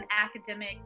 academic